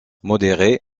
modéré